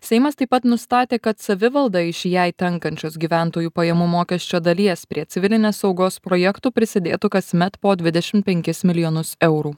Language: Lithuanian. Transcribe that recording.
seimas taip pat nustatė kad savivalda iš jai tenkančios gyventojų pajamų mokesčio dalies prie civilinės saugos projektų prisidėtų kasmet po dvidešim penkis milijonus eurų